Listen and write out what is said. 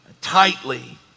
tightly